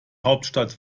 hauptstadt